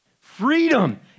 freedom